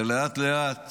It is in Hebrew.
ולאט-לאט